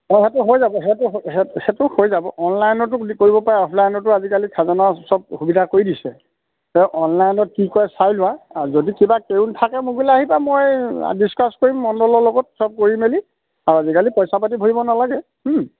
অঁ সেইটো হৈ যাব সেইটো সেইটো হৈ যাব অনলাইনতো বুলি কৰিব পাৰে অফলাইনতো আজিকালি খাজনা সব সুবিধা কৰি দিছে অনলাইনত কি কয় চাই লোৱা আৰু যদি কিবা কেৰোন থাকে মোৰ গুৰিলৈ আহিবা মই ডিছকাছ কৰিম মণ্ডলৰ লগত সব কৰি মেলি আৰু আজিকালি পইচা পাতি ভৰিব নালাগে